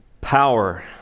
power